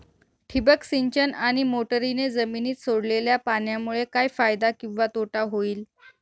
ठिबक सिंचन आणि मोटरीने जमिनीत सोडलेल्या पाण्यामुळे काय फायदा किंवा तोटा होईल?